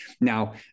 Now